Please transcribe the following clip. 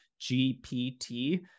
gpt